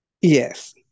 Yes